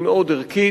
היא מאוד ערכית.